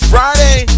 Friday